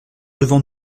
devant